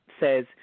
says